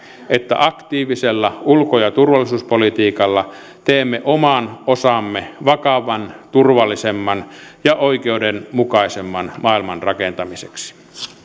että aktiivisella ulko ja turvallisuuspolitiikalla teemme oman osamme vakaamman turvallisemman ja oikeudenmukaisemman maailman rakentamiseksi